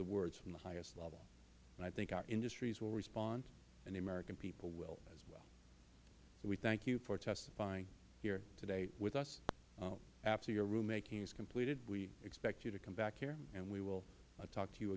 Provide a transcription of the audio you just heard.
the words from the highest level and i think our industries will respond and the american people will as well so we thank you for testifying here today with us after your rulemaking is completed we expect you to come back here and we will talk to you